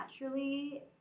naturally